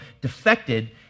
defected